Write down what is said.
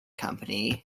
company